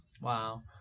Wow